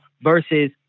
versus